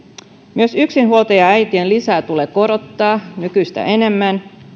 myös yksinhuoltajaäitien lisää tulee korottaa nykyistä enemmän